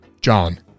John